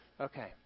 Okay